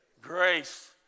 grace